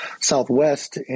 southwest